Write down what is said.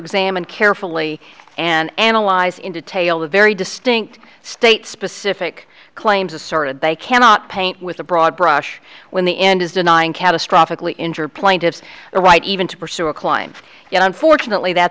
examine carefully and analyze in detail the very distinct state specific claims asserted they cannot paint with a broad brush when the end is denying catastrophic lee injured plaintiffs the right even to pursue a climb yet unfortunately that's